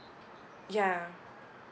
yeah